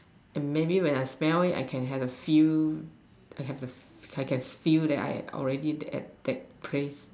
and maybe when I smell it I can have a feel have a I can feel that I'm already at that place